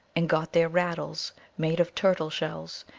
and got their rattles, made of turtle-shells,